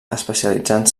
especialitzant